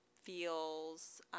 feels